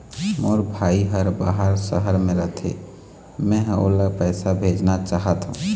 मोर भाई हर बाहर शहर में रथे, मै ह ओला पैसा भेजना चाहथों